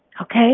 Okay